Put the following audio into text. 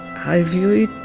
i view it